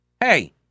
hey